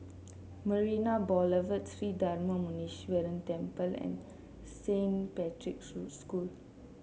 Marina Boulevard Sri Darma Muneeswaran Temple and Saint Patrick's School